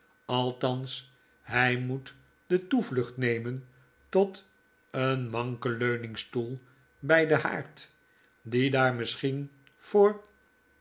althans hy moet de toevlucht nemen tot een manken leu ningstoel by den haard die daar misschien voor